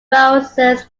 browser